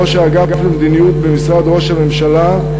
ראש האגף למדיניות במשרד ראש הממשלה,